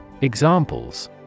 Examples